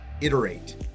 Iterate